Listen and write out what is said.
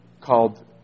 called